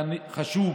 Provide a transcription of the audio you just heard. חשוב